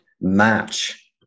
match